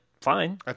Fine